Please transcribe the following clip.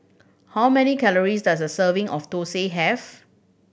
how many calories does a serving of thosai have